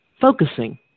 focusing